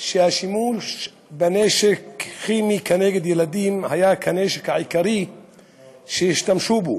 שהנשק כימי כנגד ילדים היה כנשק העיקרי שהשתמשו בו.